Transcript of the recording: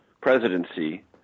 presidency